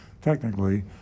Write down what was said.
technically